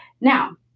Now